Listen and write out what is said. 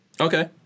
Okay